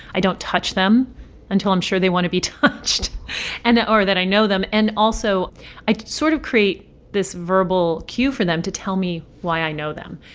i don't touch them until i'm sure they want to be touched and or that i know them. and also i sort of create this verbal cue for them to tell me why i know them.